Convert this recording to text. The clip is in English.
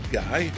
guy